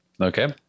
Okay